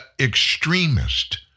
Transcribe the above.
extremist